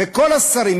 וכל השרים,